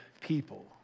people